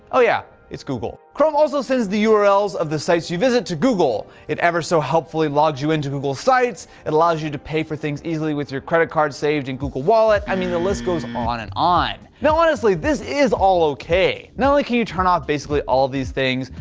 oh yeah, it's google. chrome also sends the urls of the site's you visit to google. it ever so helpfully logs you into google site's, it allows you to pay for things easily with your credit cards saved in google wallet, i mean the list goes um on and on. now, honestly this is all okay. not only can you turn off, basically, all these things,